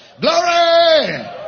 Glory